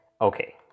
Okay